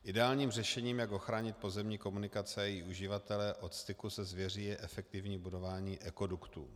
Ideálním řešením, jak ochránit pozemní komunikace a její uživatele od styku se zvěří, je efektivní budování ekoduktů.